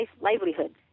livelihood